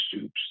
soups